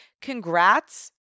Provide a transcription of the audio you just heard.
Congrats